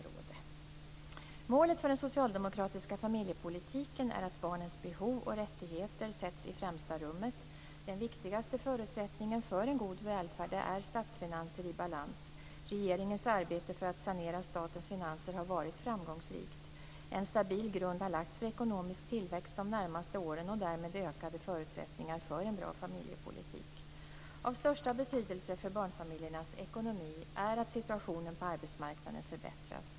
Målet för den socialdemokratiska familjepolitiken är att barnens behov och rättigheter sätts i främsta rummet. Den viktigaste förutsättningen för en god välfärd är statsfinanser i balans. Regeringens arbete för att sanera statens finanser har varit framgångsrikt. En stabil grund har lagts för ekonomisk tillväxt de närmaste åren och därmed ökade förutsättningar för en bra familjepolitik. Av största betydelse för barnfamiljernas ekonomi är att situationen på arbetsmarknaden förbättras.